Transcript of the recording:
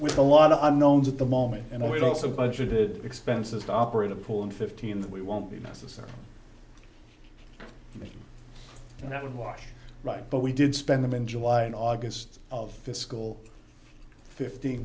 with a lot of unknowns at the moment and we also budgeted expenses to operate a pool in fifteen that we won't be necessary and that would walk right but we did spend them in july and august of fiscal fifteen